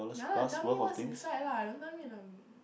yea lah tell me what's inside lah don't tell me the